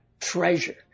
treasure